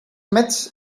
metz